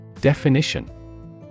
Definition